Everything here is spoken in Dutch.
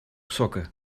sokken